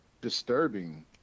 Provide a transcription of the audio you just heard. disturbing